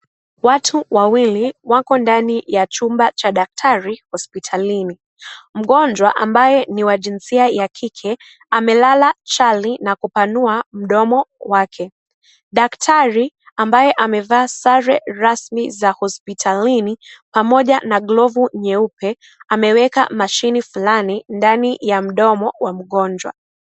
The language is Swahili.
Watu wawili wako ndani ya chumba cha daktari hospitalini. Mgonjwa ambae ni wa jinsia ya kike amelala chali na kupanua mdomo kwake. Daktari ambaye amevaa sare rasmi za hospitalini, pamoja na glovu nyeupe, ameweka mashine fulani ndani ya mdomo wa mgonjwa.